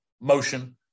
motion